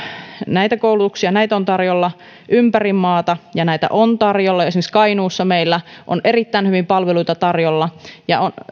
näitä koulutuksia on tarjolla ympäri maata ja näitä on tarjolla esimerkiksi kainuussa meillä on erittäin hyvin palveluita tarjolla ja on